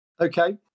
okay